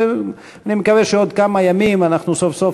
אני מקווה שבעוד כמה ימים אנחנו סוף-סוף